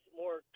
more